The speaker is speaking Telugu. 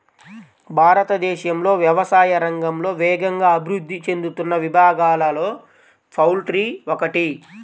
భారతదేశంలో వ్యవసాయ రంగంలో వేగంగా అభివృద్ధి చెందుతున్న విభాగాలలో పౌల్ట్రీ ఒకటి